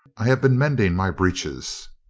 i have been mending my breeches.